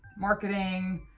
marketing,